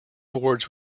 boards